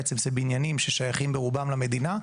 זאת אומרת בניינים ששייכים ברובם למדינה,